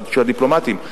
של הדיפלומטים,